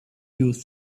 use